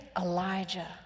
Elijah